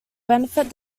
benefit